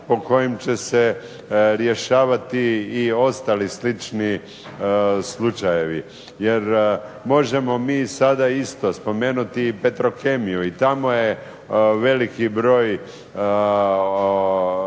po kojem će se rješavati i ostali slični slučajevi, jer možemo mi sada isto spomenuti i Petrokemiju, i tamo je veliki broj